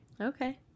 okay